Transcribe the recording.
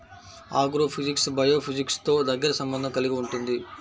agrophysics బయోఫిజిక్స్తో దగ్గరి సంబంధం కలిగి ఉంటుంది